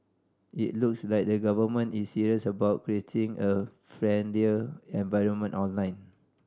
it looks like the Government is serious about creating a friendlier environment online